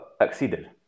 exceeded